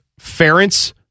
Ference